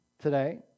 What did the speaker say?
today